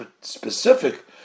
specific